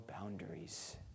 boundaries